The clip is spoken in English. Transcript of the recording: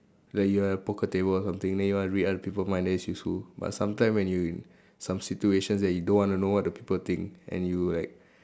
like you have poker table or something then you want to read other people mind then it's useful but sometime when you some situations that you don't wanna know what the people think and you like